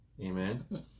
Amen